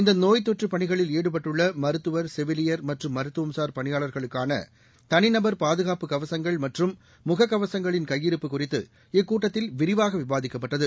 இந்தநோய் தொற்றுபணிகளில் ஈடுபட்டுள்ளமருத்துவர் செவிலியர் மற்றும் மருத்துவம்சார் பணியாளா்களுக்கானதனிநபா் பாதுகாப்பு கவசங்கள் மற்றும் முககவசங்களின் கையிருப்பு குறித்து இக்கூட்டத்தில் விரிவாகவிவாதிக்கப்பட்டது